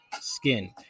skin